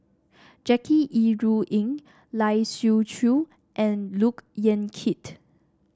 Jackie Yi Ru Ying Lai Siu Chiu and Look Yan Kit